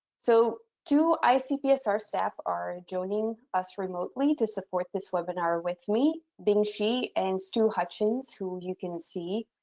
so two icpsr staff are joining us remotely to support this webinar with me, bing she and stu hutchings, who you can see